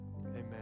Amen